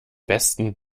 besten